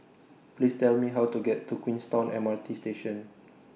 Please Tell Me How to get to Queenstown M R T Station